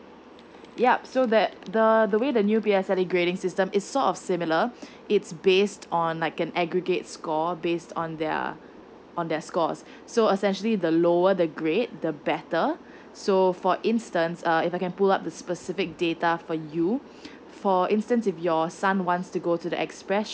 yup so that the the way the new B_S grading system is sort of similar it's based on like an aggregate score based on their on their scores so especially the lower the great the better so for instance uh if I can pull up the specific data for you for instance if your son wants to go to the express